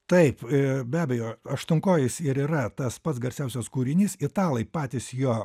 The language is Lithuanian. taip be abejo aštuonkojis ir yra tas pats garsiausias kūrinys italai patys jo